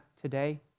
today